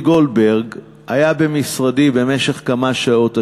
גולדברג היה במשרדי במשך כמה שעות השבוע,